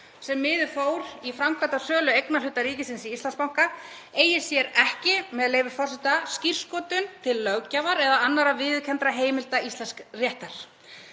sem miður fór í framkvæmd á sölu eignarhluta ríkisins í Íslandsbanka, eigi sér ekki, með leyfi forseta: „… skírskotun til löggjafar eða annarra almennt viðurkenndra heimilda íslensks réttar.“